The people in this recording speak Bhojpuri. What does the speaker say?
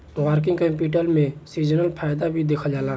वर्किंग कैपिटल में सीजनल फायदा भी देखल जाला